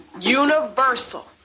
universal